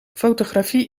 fotografie